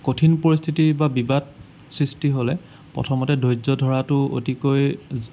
কঠিন পৰিস্থিতি বা বিবাদ সৃষ্টি হ'লে প্ৰথমতে ধৈৰ্য ধৰাটো অতিকৈ